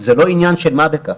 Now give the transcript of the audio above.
זה לא עניין של מה בכך.